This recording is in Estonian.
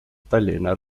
tallinna